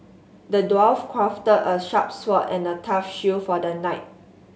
the dwarf crafted a sharp sword and a tough shield for the knight